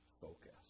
focus